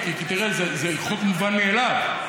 תראה, זה חוק מובן מאליו.